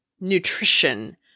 nutrition